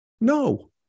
No